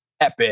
Epic